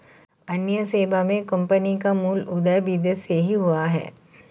अन्य सेवा मे कम्पनी का मूल उदय विदेश से ही हुआ है